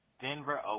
Denver